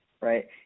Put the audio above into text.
right